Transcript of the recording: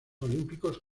olímpicos